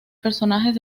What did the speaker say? personajes